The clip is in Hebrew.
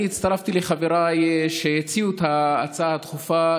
אני הצטרפתי לחבריי שהציעו את ההצעה הדחופה,